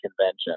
convention